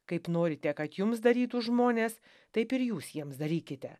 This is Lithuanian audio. kaip norite kad jums darytų žmonės taip ir jūs jiems darykite